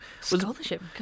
Scholarship